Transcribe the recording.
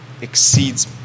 exceeds